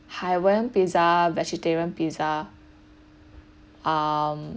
hawaiian pizza vegetarian pizza um